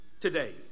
today